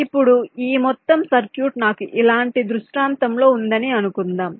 ఇప్పుడు ఈ మొత్తం సర్క్యూట్ నాకు ఇలాంటి దృష్టాంతంలో ఉందని అనుకుందాం